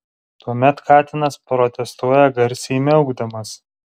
tuomet katinas protestuoja garsiai miaukdamas